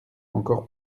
encore